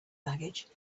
baggage